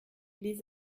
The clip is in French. les